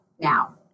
now